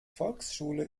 volksschule